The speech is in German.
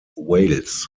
wales